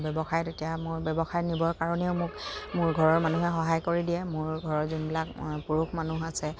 ব্যৱসায়ত এতিয়া মোৰ ব্যৱসায় নিবৰ কাৰণেও মোক মোৰ ঘৰৰ মানুহে সহায় কৰি দিয়ে মোৰ ঘৰৰ যোনবিলাক পুৰুষ মানুহ আছে